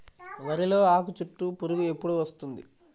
వరిలో ఆకుచుట్టు పురుగు ఎప్పుడు వస్తుంది?